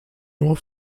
nur